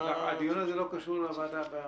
הדיון הזה לא קשור לוועדה המסדרת,